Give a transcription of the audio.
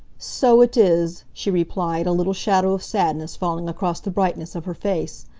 so it is, she replied, a little shadow of sadness falling across the brightness of her face.